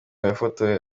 yafotowe